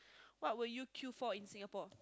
what will you kill for in Singapore